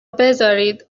بذارید